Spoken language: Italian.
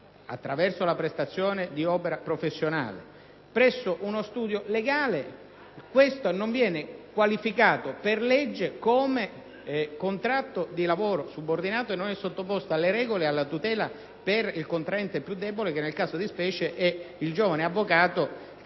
attraverso la prestazione di opera professionale presso uno studio legale, esso non viene qualificato per legge come rapporto di lavoro subordinato e non è sottoposto alle regole e alla tutela per il contraente più debole, che nel caso di specie è il giovane avvocato